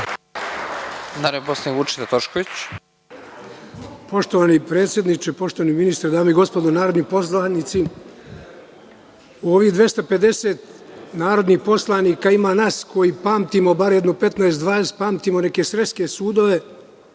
Tošković. **Vučeta Tošković** Poštovani predsedniče, poštovani ministre, dame i gospodo narodni poslanici, u ovih 250 narodnih poslanika ima nas koji pamtimo bar jedno 15, 20, pamtimo neke sreske sudove